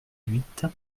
huit